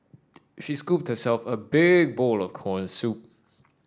she scooped herself a big bowl of corn soup